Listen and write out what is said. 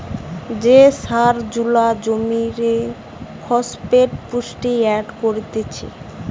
যে সার জুলা জমিরে ফসফেট পুষ্টি এড করতিছে